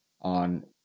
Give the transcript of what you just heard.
on